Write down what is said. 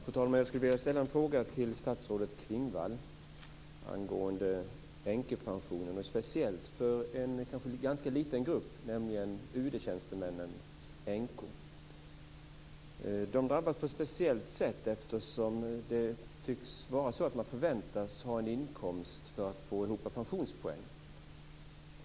Fru talman! Jag skulle vilja ställa en fråga till statsrådet Klingvall angående änkepensionen - speciellt för en ganska liten grupp, nämligen UD tjänstemännens änkor. De drabbas på ett speciellt sätt eftersom det tycks vara så att man förväntas ha en inkomst för att få ihop pensionspoäng.